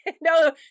no